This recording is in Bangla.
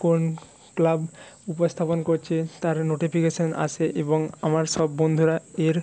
কোন ক্লাব উপস্থাপন করছে তার নোটিফিকেশান আসে এবং আমার সব বন্ধুরা এর